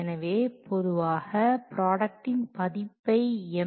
நிலை என்பது ஒவ்வொரு முறையும் வொர்க் ப்ராடக்ட் புதுப்பிக்க படுவதை குறிக்கும் அது மாறக்கூடும்